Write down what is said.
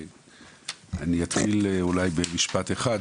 אני אתחיל אולי במשפט אחד,